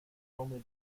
only